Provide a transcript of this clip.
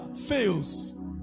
fails